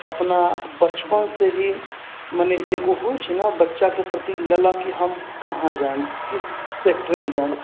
अपना बचपनसँ ही मने एगो होइ छै ने बच्चाके प्रति ललक हम कहाँ जायब किस सैक्टरमे जायब